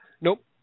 Nope